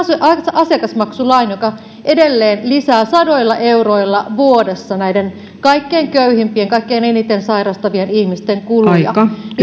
asiakasmaksulain joka edelleen lisää sadoilla euroilla vuodessa näiden kaikkein köyhimpien kaikkein eniten sairastavien ihmisten kuluja